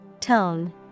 Tone